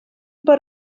per